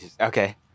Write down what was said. Okay